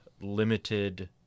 limited